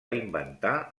inventar